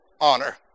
honor